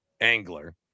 angler